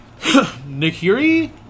Nikiri